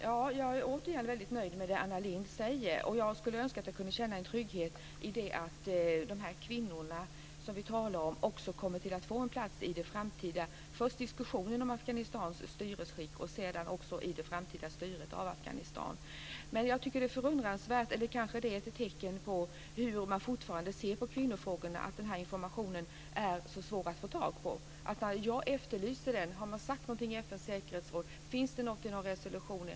Herr talman! Återigen är jag väldigt nöjd med vad Anna Lindh säger. Jag skulle önska att jag kunde känna trygghet i att de kvinnor som vi här talar om också får en plats först i diskussionen om Afghanistans styresskick och sedan i det framtida styret av Det är förundransvärt - eller kanske är detta ett tecken på hur man fortfarande ser på kvinnofrågorna - att det är så svårt att få tag i sådan här information. Jag efterlyser alltså information: Har man sagt något i FN:s säkerhetsråd? Finns det något om detta i de resolutionerna?